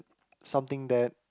something that